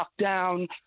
lockdown